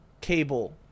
cable